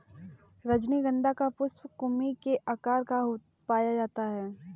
रजनीगंधा का पुष्प कुपी के आकार का पाया जाता है